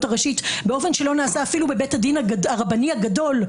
הראשית באופן שלא נעשה אפילו בבית הדין הרבני הגדול,